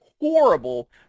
horrible